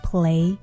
Play